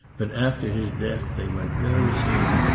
but after his death they went very soon,